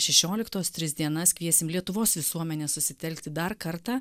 šešioliktos tris dienas kviesim lietuvos visuomenę susitelkti dar kartą